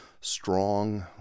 strong